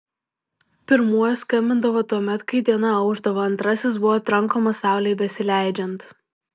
pirmuoju skambindavo tuomet kai diena aušdavo antrasis buvo trankomas saulei besileidžiant